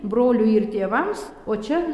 broliui ir tėvams o čia